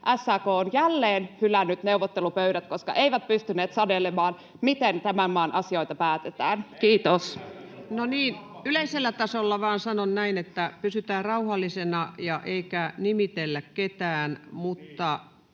SAK on jälleen hylännyt neuvottelupöydät, koska eivät pystyneet sanelemaan, miten tämän maan asioista päätetään. — Kiitos. No niin, yleisellä tasolla vain sanon näin, että pysytään rauhallisena eikä nimitellä ketään.